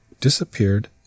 disappeared